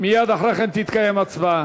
מייד אחרי כן תתקיים הצבעה.